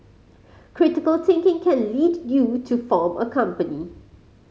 critical thinking can lead you to form a company